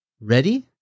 Ready